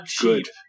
good